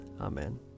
Amen